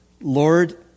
Lord